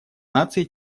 наций